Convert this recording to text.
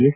S